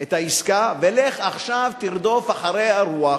את העסקה, ולך עכשיו תרדוף אחרי הרוח.